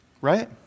Right